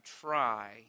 try